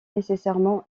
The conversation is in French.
nécessairement